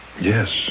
Yes